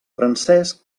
francesc